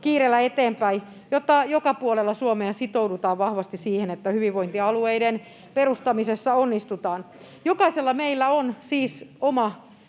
kiireellä eteenpäin, jotta joka puolella Suomea sitoudutaan vahvasti siihen, että hyvinvointialueiden perustamisessa onnistutaan. Jokaisella meillä on siis oma